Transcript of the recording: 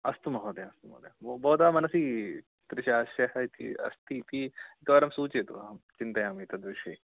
अस्तु महोदय महोदय भवतां मनसि तृषा यः अस्तीति एकवारं सूचयतु अहं चिन्तयामि तद्विषये